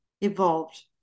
evolved